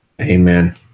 Amen